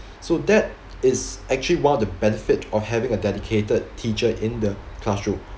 so that is actually one of the benefit of having a dedicated teacher in the classroom